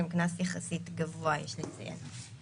גם קנס יחסית גבוה, יש לציין.